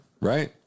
right